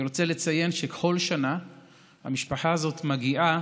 אני רוצה לציין שבכל שנה המשפחה הזאת מגיעה